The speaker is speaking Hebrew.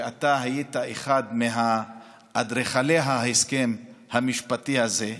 ואתה היית אחד מאדריכלי ההסכם המשפטי הזה,